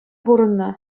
пурӑннӑ